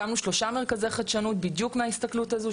הקמנו שלושה מרכזי חדשנות בדיוק מההסתכלות הזו,